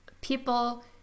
people